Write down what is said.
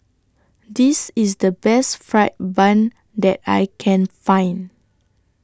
This IS The Best Fried Bun that I Can Find